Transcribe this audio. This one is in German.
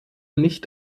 nicht